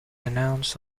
announced